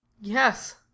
Yes